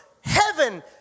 heaven